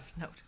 Note